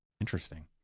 Interesting